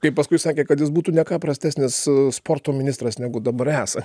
kaip paskui sakė kad jis būtų ne ką prastesnis sporto ministras negu dabar esa